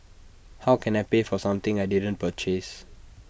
how can I pay for something I didn't purchase